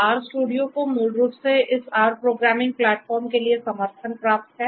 RStudio को मूल रूप से इस R प्रोग्रामिंग प्लेटफॉर्म के लिए समर्थन प्राप्त है